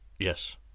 Yes